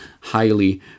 highly